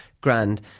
Grand